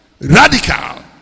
radical